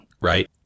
right